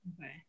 Okay